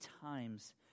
times